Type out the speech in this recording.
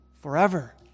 Forever